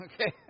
Okay